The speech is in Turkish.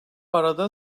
arada